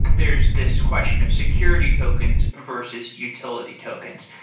there's this question of security tokens versus utility tokens.